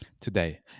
today